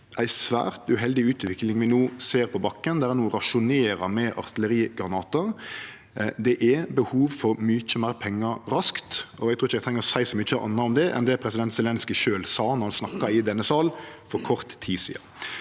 ei svært uheldig utvikling vi no ser på bakken, der ein rasjonerer med artillerigranatar. Det er behov for mykje meir pengar raskt, og eg trur ikkje eg treng å seie så mykje anna om det enn det president Zelenskyj sjølv sa då han snakka i denne salen for kort tid sidan.